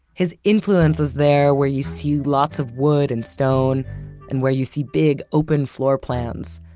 his influence is there, where you see lots of wood and stone and where you see big open floorplans,